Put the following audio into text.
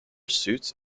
suits